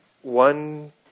one